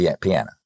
piano